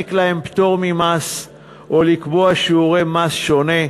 להעניק להם פטור ממס או לקבוע שיעורי מס שונה.